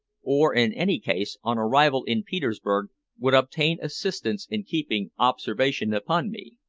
or in any case, on arrival in petersburg would obtain assistance in keeping observation upon me.